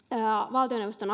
valtioneuvoston